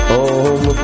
om